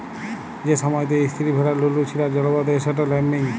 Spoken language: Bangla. যে সময়তে ইস্তিরি ভেড়ারা লুলু ছিলার জল্ম দেয় সেট ল্যাম্বিং